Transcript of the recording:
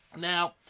Now